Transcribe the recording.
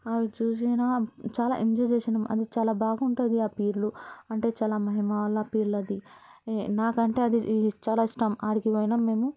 అవి చూసిన చాలా ఎంజాయ్ చేసినాం అవి చాలా బాగుంటుంది ఆ పీర్లు అంటే చాలా మహిమ గల్లా పీర్లు అవి నాకు అదంటే చాలా ఇష్టం ఆడికి పోయినం మేము